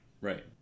right